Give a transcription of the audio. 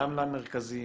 גם למרכזים,